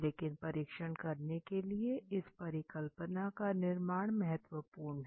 लेकिन परीक्षण करने के लिए इस परिकल्पना का निर्माण महत्वपूर्ण हैं